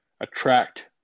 attract